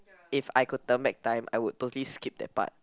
if I could turn back time I would totally skip that part